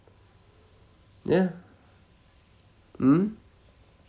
yeah mm